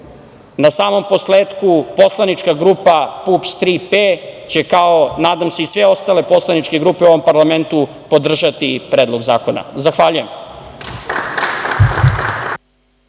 samom posletku, poslanička grupa PUPS - „Tri P“ će, nadam se, kao i sve ostale poslaničke grupe u ovom parlamentu, podržati Predlog zakona. Zahvaljujem.